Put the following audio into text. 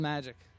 Magic